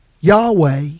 Yahweh